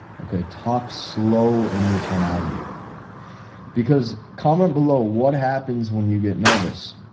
okay? talk slow in your tonality because comment below what happens when you get nervous.